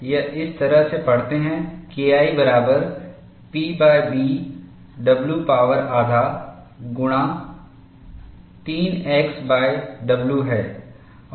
यह इस तरह से पढ़ते है KI बराबर PB w पावर आधा गुणा 3 x w है